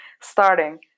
starting